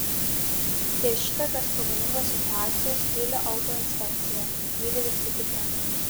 dėl šitokios pavojingos situacijos tyli autoinspekcija tyli visi kiti